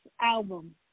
album